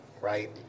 right